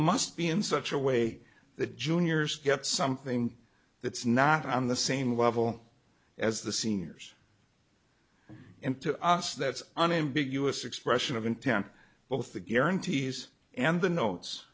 must be in such a way that juniors get something that's not on the same level as the seniors into us that's an ambiguous expression of intent both the guarantees and the notes